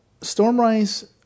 Stormrise